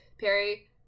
Perry